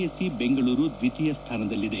SC Bengaluru ದ್ವಿತೀಯ ಸ್ಥಾನದಲ್ಲಿದೆ